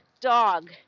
dog